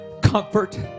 comfort